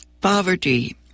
poverty